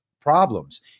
problems